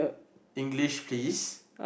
English please